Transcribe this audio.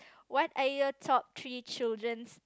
what are your top three children's